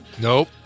Nope